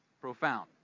Profound